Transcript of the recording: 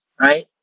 right